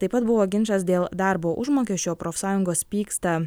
taip pat buvo ginčas dėl darbo užmokesčio profsąjungos pyksta